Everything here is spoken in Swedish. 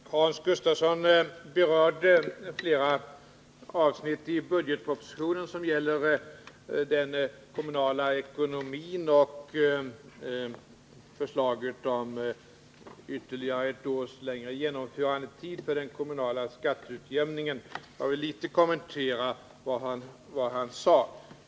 Herr talman! Hans Gustafsson berörde flera avsnitt av budgetpropositionen som gäller den kommunala ekonomin och förslaget om ett års längre genomförandetid för den kommunala skatteutjämningen. Jag vill något kommentera vad han sade.